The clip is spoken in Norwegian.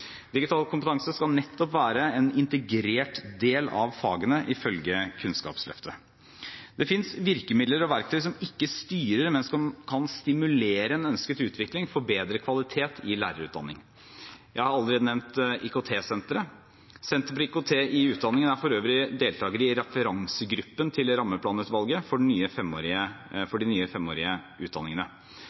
Digital kompetanse skal nettopp være en integrert del av fagene, ifølge Kunnskapsløftet. Det finnes virkemidler og verktøy som ikke styrer, men som kan stimulere en ønsket utvikling for bedre kvalitet i lærerutdanning. Jeg har allerede nevnt IKT-senteret. Senter for IKT i utdanningen er for øvrig deltaker i referansegruppen til Rammeplanutvalget for de nye femårige